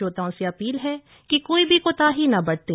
श्रोताओं से अपील है कि कोई भी कोताही न बरतें